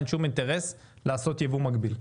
אין שום אינטרס לעשות ייבוא מקביל.